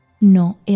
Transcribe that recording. No